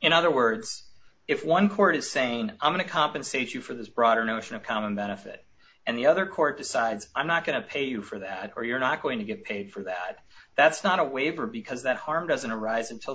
in other words if one court is saying i'm going to compensate you for this broader notion of common benefit and the other court decides i'm not going to pay you for that or you're not going to get paid for that that's not a waiver because that harm doesn't arise until the